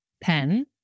pen